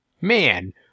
Man